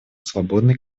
свободной